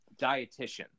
dietitian